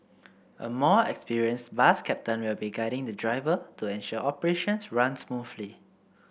a more experienced bus captain will be guiding the driver to ensure operations run smoothly